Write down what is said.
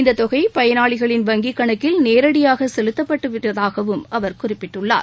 இந்தத் தொகை பயனாளிகளின் வங்கிக் கணக்கில் நேரடியாக செலுத்தப்பட்டு விட்டதாகவும் அவர் குறிப்பிட்டுள்ளார்